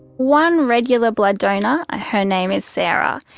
one regular blood donor, ah her name is sarah,